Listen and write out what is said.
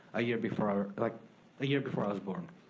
a year before like ah year before i was born.